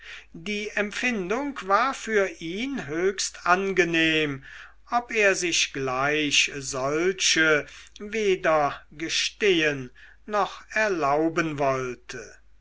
die empfindung war für ihn höchst angenehm ob er sich gleich solche weder gestehen noch erlauben wollte